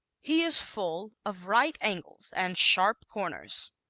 he is full of right angles and sharp corners.